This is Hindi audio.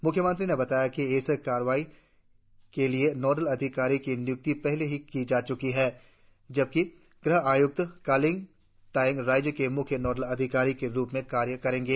म्ख्यमंत्री ने बताया कि इस कार्रवाई के लिए नोडल अधिकारियों की निय्क्ति पहले ही की जै च्की है जबकि गृह आय्क्त कालिंग तायेंग राज्य के म्ख्य नोडल अधिकारी के रुप में कार्य करेंगे